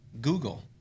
Google